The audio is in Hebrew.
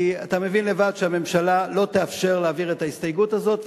כי אתה מבין לבד שהממשלה לא תאפשר להעביר את ההסתייגות הזאת.